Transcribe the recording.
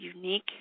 unique